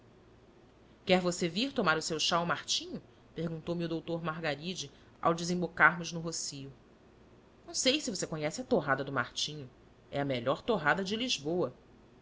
quer você vir tomar o seu chá ao martinho perguntou-me o doutor margaride ao desembocarmos no rossio não sei se você conhece a torrada do martinho e a melhor torrada de lisboa